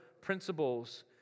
principles